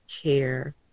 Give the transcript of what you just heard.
care